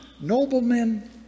Noblemen